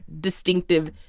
distinctive